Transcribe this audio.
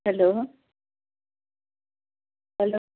hello hello